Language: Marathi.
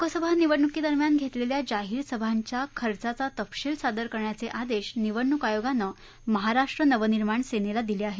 लोकसभा निवडणुकीदरम्यान घेतलेल्या जाहीर सभांच्या खर्चाचा तपशील सादर करण्याचे आदेश निवडणूक आयोगानं महाराष्ट्र नवनिर्माण सेनेला दिले आहेत